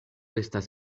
estas